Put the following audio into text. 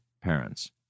parents